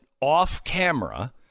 off-camera